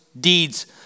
deeds